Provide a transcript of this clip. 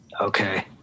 Okay